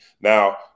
Now